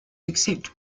except